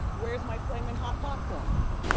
where's my flaming hot popcorn?